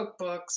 cookbooks